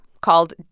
called